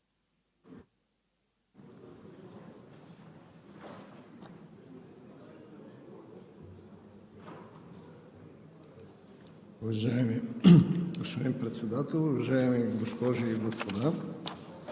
уважаеми госпожи и господа!